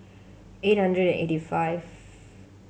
eight hundred eighty five